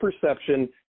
perception